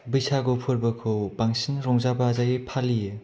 बैसागु फोरबोखौ बांसिन रंजा बाजायै फालियो